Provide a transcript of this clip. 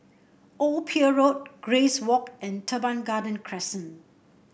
Old Pier Road Grace Walk and Teban Garden Crescent